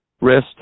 wrist